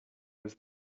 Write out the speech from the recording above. was